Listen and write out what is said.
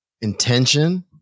intention